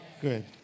Good